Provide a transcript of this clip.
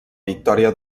victòria